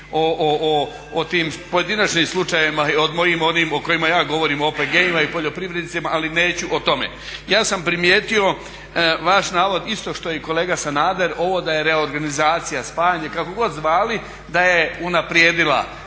o tim pojedinačnim slučajevima i o onim mojim o kojima ja govorim OPG-ima i poljoprivrednicima, ali neću o tome. Ja sam primijetio vaš … isto što i kolega Sanader ovo da je reorganizacija, spajanje kako god zvali, da je unaprijedila,